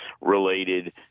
related